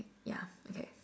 yeah okay